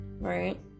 right